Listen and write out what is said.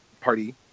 party